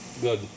Good